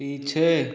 पीछे